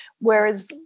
whereas